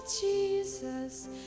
Jesus